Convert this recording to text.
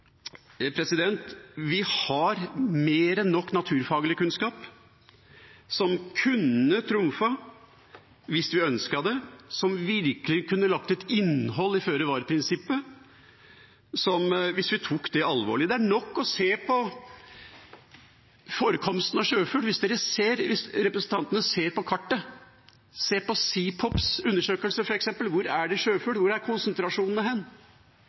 Vi har mer enn nok naturfaglig kunnskap som kunne trumfet hvis vi ønsket det, som virkelig kunne lagt et innhold i føre-var-prinsippet, hvis vi tok det alvorlig. Det er nok å se på forekomsten av sjøfugl. Hvis representantene ser på kartet, på SEAPOPs undersøkelse f.eks. – hvor det er sjøfugl, hvor konsentrasjonene er på fargekartet – skjønner man hvor kunnskapen er om hvor sjøfuglene er. Det er